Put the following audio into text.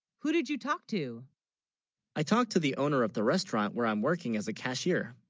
who, did you talk to i talked, to the owner of the restaurant, where i'm working as a cashier